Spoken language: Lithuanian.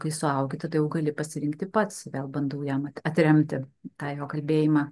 kai suaugi tada jau gali pasirinkti pats vėl bandau jam atremti tą jo kalbėjimą